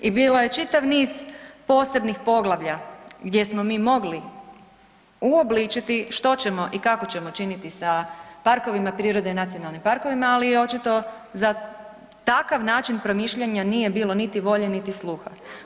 I bilo je čitav niz posebnih poglavlja gdje smo mi mogli uobličiti što ćemo i kako ćemo činiti sa parkovima prirode i nacionalnim parkovima, ali očito za takav način promišljanja nije bilo niti volje, niti sluha.